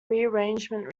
rearrangement